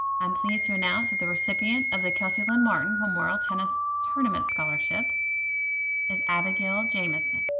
i'm pleased to announce that the recipient of the kelsey lynn martin memorial tennis tournament scholarship is abigail jamison.